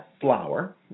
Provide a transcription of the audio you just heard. flour